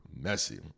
messy